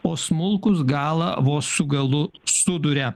o smulkūs galą vos su galu suduria